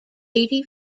eighty